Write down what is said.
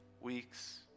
weeks